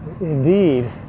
Indeed